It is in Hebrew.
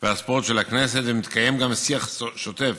והספורט של הכנסת, ומתקיים גם שיח שוטף